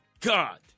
God